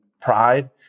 pride